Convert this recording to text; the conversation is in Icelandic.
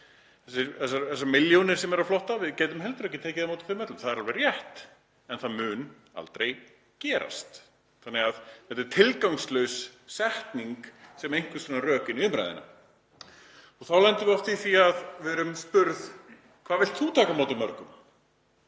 þessar milljónir sem eru á flótta, þá gætum við heldur ekki tekið á móti því öllu. Það er alveg rétt. En það mun aldrei gerast þannig að þetta er tilgangslaus setning sem einhvers konar rök inn í umræðuna. Þá lendum við oft í því að við erum spurð: Hvað vilt þú taka á móti mörgum?